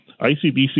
ICBC